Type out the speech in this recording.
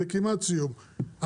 כמעט סיום,